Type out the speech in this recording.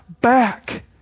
back